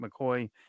McCoy